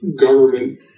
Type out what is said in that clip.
government